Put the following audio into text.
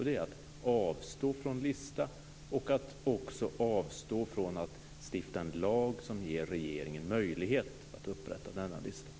Det är att avstå från lista och att avstå från att stifta en lag som ger regeringen möjlighet att upprätta denna lista.